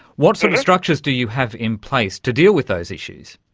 what sort of structures do you have in place to deal with those issues?